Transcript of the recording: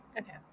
Okay